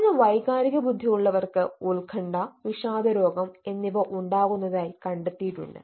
കുറഞ്ഞ വൈകാരിക ബുദ്ധിയുള്ളവർക്ക് ഉത്കണ്ഠ വിഷാദരോഗം എന്നിവ ഉണ്ടാകുന്നതായി കണ്ടെത്തിയിട്ടുണ്ട്